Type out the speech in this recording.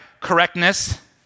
correctness